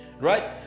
right